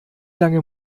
lange